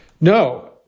No